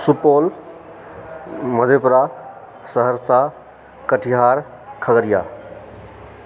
Supaul Madhepura Saharsa Katihar Khagaria